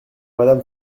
madame